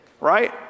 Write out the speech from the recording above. right